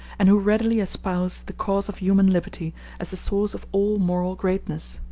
and who readily espouse the cause of human liberty as the source of all moral greatness.